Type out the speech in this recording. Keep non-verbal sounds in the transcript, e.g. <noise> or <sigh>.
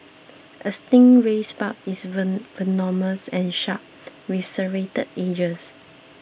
a stingray's barb is <unintelligible> venomous and sharp with serrated edges